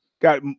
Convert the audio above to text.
Got